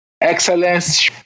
Excellence